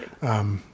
Right